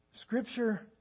Scripture